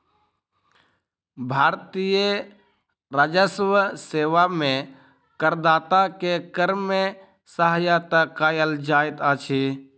भारतीय राजस्व सेवा में करदाता के कर में सहायता कयल जाइत अछि